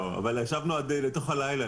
ישבנו אל תוך הלילה.